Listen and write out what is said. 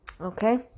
okay